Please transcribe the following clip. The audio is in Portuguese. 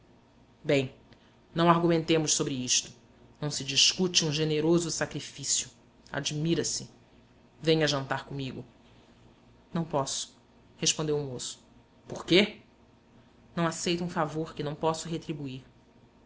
bem não argumentemos sobre isto não se discute um generoso sacrifício admira-se venha jantar comigo não posso respondeu o moço por quê não aceito um favor que não posso retribuir